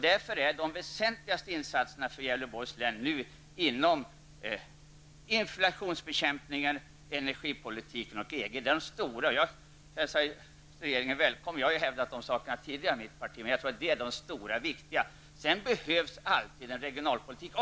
Därför är de väsentligaste insatserna för Gävleborgs län insatser för inflationsbekämpning, energipolitik och EG politik. Här hälsar jag regeringen välkommen. Det är dessa som är de stora och viktiga insatserna. Dessutom behövs alltid regionalpolitik,